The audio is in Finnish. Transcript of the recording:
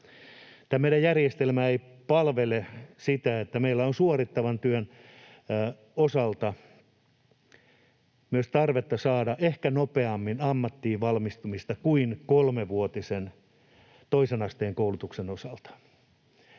Tämä meidän järjestelmä ei palvele sitä, että meillä on suorittavan työn osalta myös tarvetta saada ehkä nopeammin ammattiin valmistumista kuin kolmevuotisen toisen asteen koulutuksen osalta.